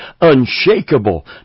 unshakable